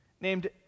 named